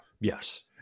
Yes